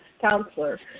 counselor